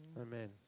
Amen